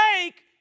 take